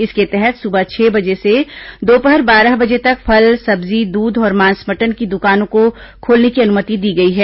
इसके तहत सुबह छह बजे से दोपहर बारह बजे तक फल सब्जी दूध और मांस मटन की दुकानों को खोलने की अनुमति दी गई है